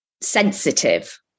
sensitive